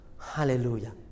Hallelujah